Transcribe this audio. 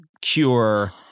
cure